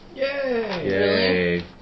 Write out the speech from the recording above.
Yay